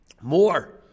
More